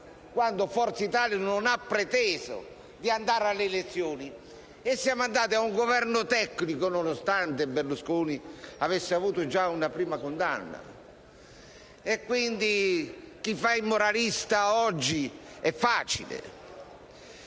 quando Forza Italia non ha preteso di andare alle elezioni e si è formato un Governo tecnico, nonostante Berlusconi avesse avuto già una prima condanna. È facile dunque fare il moralista oggi. Vorrei